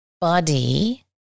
body